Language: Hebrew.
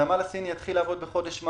הנמל הסיני יתחיל לעבוד במאי,